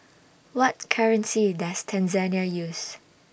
What currency Does Tanzania use